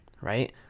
right